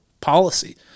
policy